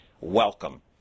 Welcome